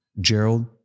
Gerald